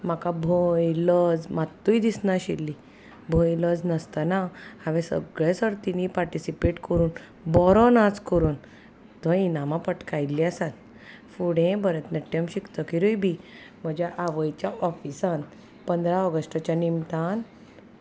म्हाका भंय लज मात्तूय दिसनाशिल्ली भंय लज नासतना हांवें सगळें सर्तीनी पार्टिसिपेट करून बरो नाच करून थंय इनामां पटकायिल्लीं आसात फुडें भरतनाट्यम शिकतकिरूय बी म्हज्या आवयच्या ऑफिसान पंदरा ऑगस्टाच्या निमतान